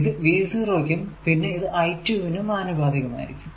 ഇത് V0 ക്കും പിന്നെ ഇത് I2 നും ആനുപാതികമായിരിക്കും